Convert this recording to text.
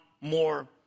more